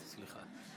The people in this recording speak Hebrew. אה, סליחה.